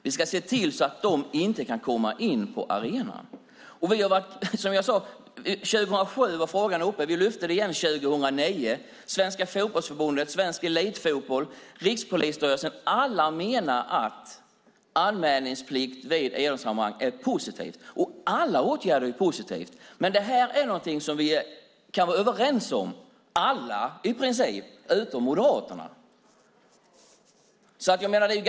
Vi ska se till att de inte kan komma in på arenorna. Frågan var uppe 2007; vi lyfte den igen 2009. Svenska Fotbollförbundet, Föreningen Svensk Elitfotboll, Rikspolisstyrelsen, ja alla menar att anmälningsplikt vid idrottsarrangemang är något positivt. Alla åtgärder är positiva. Det här är något som vi kan vara överens om - alla utom Moderaterna.